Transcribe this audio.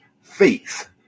faith